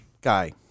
guy